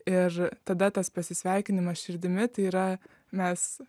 ir tada tas pasisveikinimas širdimi tai yra mes